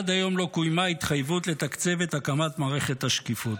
עד היום לא קוימה התחייבות לתקצב את הקמת מערכת השקיפות.